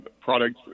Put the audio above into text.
products